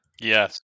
Yes